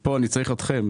פה אני צריך אתכם,